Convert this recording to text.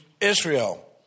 Israel